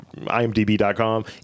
IMDb.com